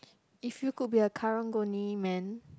if you could be a karang guni man